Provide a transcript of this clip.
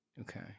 Okay